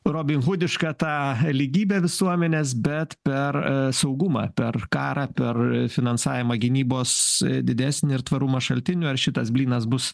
robi hudišką tą lygybę visuomenės bet per saugumą per karą per finansavimą gynybos didesnį ir tvarumą šaltinių ar šitas blynas bus